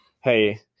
Hey